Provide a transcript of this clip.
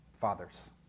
fathers